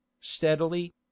steadily